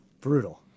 brutal